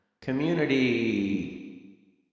Community